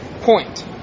point